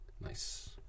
Nice